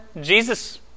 Jesus